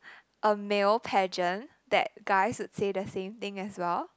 a male pageant that guys would say the same thing as well